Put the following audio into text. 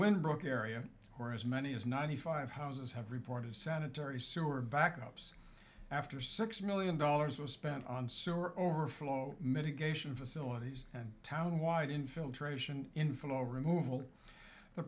wind book area or as many as ninety five houses have reported sanitary sewer backups after six million dollars was spent on sewer overflow mitigation facilities and town wide infiltration inflow removal the